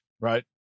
right